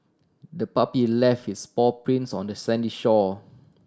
the puppy left its paw prints on the sandy shore